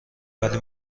ولی